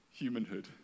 humanhood